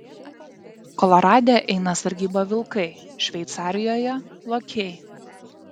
kolorade eina sargybą vilkai šveicarijoje lokiai